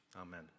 Amen